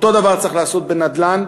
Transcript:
אותו הדבר צריך לעשות בנדל"ן,